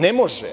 Ne može.